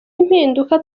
impinduka